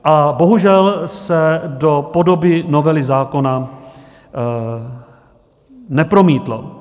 A bohužel se to do podoby novely zákona nepromítlo.